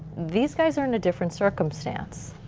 these guys are in a different circumstance.